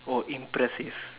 oh impressive